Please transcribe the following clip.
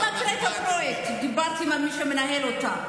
אני מכירה את הפרויקט, דיברתי עם מי שמנהל אותו.